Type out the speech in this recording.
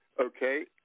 okay